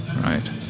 right